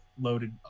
loaded